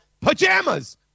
pajamas